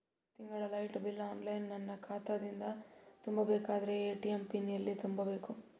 ತಿಂಗಳ light bill online ನನ್ನ ಖಾತಾ ದಿಂದ ತುಂಬಾ ಬೇಕಾದರ ಎ.ಟಿ.ಎಂ ಪಿನ್ ಎಲ್ಲಿ ತುಂಬೇಕ?